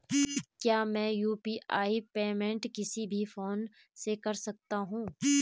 क्या मैं UPI payment किसी भी फोन से कर सकता हूँ?